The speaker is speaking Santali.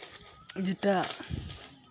ᱡᱮᱴᱟ